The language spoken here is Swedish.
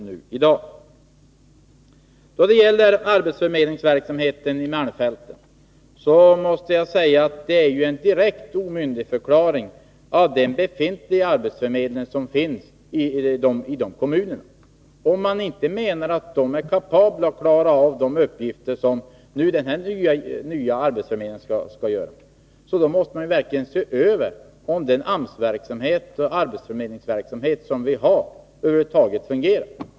Beträffande arbetsförmedlingsverksamheten i malmfälten måste jag säga att det man nu föreslår innebär en direkt omyndigförklaring av den befintliga arbetsförmedlingen i kommunerna. Om man inte anser att den nuvarande arbetsförmedlingen är kapabel att klara av de uppgifter som den föreslagna arbetsförmedlingen skall ha, då måste man ju börja med att undersöka om det verkligen är så att arbetsförmedlingen och AMS-verksamheten inte fungerar.